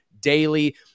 daily